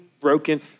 broken